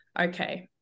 okay